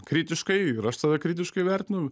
kritiškai ir aš save kritiškai vertinu